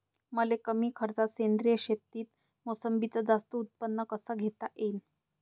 मले कमी खर्चात सेंद्रीय शेतीत मोसंबीचं जास्त उत्पन्न कस घेता येईन?